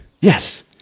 Yes